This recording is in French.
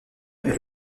est